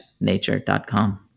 nature.com